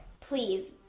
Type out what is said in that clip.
Please